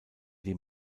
die